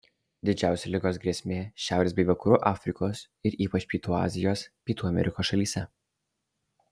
didžiausia ligos grėsmė šiaurės bei vakarų afrikos ir ypač pietų azijos pietų amerikos šalyse